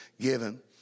given